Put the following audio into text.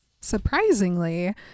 surprisingly